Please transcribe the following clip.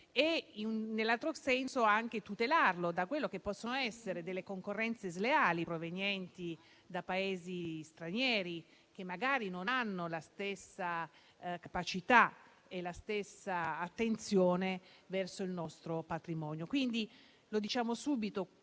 e, in altro senso, anche tutelarlo dalle concorrenze sleali provenienti da Paesi stranieri che magari non hanno la stessa capacità e la stessa attenzione verso il nostro patrimonio. Quindi lo diciamo subito: